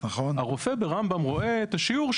הרופא ברמב"ם רואה את השיעור,